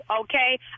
okay